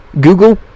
Google